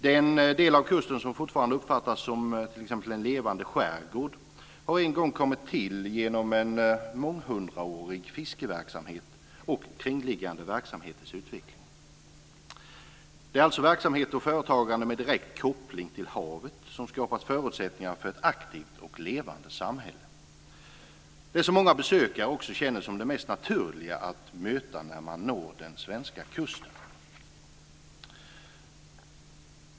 Den del av kusten som fortfarande uppfattas som en levande skärgård har en gång kommit till genom en månghundraårig fiskeverksamhet och kringliggande verksamheters utveckling. Det är alltså verksamheter och företagande med direkt koppling till havet som skapat förutsättningar för ett aktivt och levande samhälle. Det är det som många besökare också känner som det mest naturliga att möta när man når den svenska kusten.